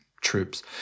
troops